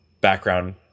background